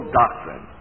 doctrine